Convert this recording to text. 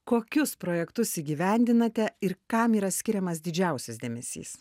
kokius projektus įgyvendinate ir kam yra skiriamas didžiausias dėmesys